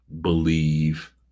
believe